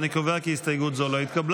אני קובע כי הסתייגות זו לא התקבלה.